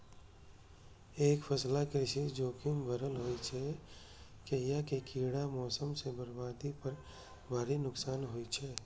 एकफसला कृषि जोखिम भरल होइ छै, कियैकि कीड़ा, मौसम सं बर्बादी पर भारी नुकसान होइ छै